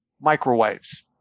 microwaves